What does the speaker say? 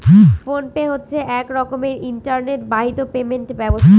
phone pay হচ্ছে এক রকমের ইন্টারনেট বাহিত পেমেন্ট ব্যবস্থা